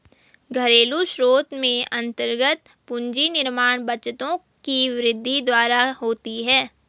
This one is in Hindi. घरेलू स्रोत में अन्तर्गत पूंजी निर्माण बचतों की वृद्धि द्वारा होती है